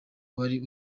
wari